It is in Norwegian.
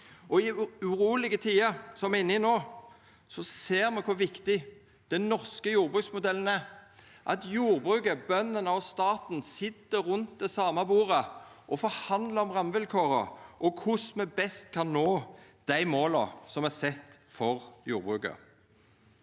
I urolege tider, som me er inne i no, ser me kor viktig den norske jordbruksmodellen er – at jordbruket, bøndene og staten sit rundt det same bordet og forhandlar om rammevilkåra og korleis me best kan nå dei måla som er sette for jordbruket.